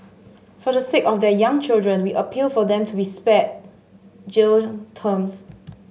for the sake of their young children we appeal for them to be spared jail terms